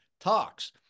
Talks